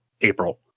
April